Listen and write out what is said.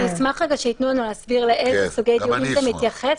אני אשמח שייתנו לנו להסביר לאיזה סוגי דיונים זה מתייחס,